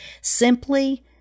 simply